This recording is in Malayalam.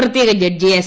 പ്രത്യേക ജഡ്ജി എസ്